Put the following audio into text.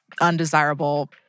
undesirable